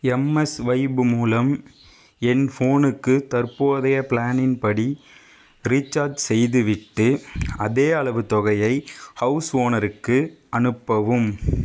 எம்எஸ்வைப் மூலம் என் ஃபோனுக்கு தற்போதைய பிளானின் படி ரீசார்ஜ் செய்துவிட்டு அதேயளவு தொகையை ஹவுஸ் ஓனருக்கு அனுப்பவும்